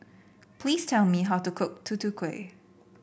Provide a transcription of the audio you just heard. please tell me how to cook Tutu Kueh